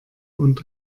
und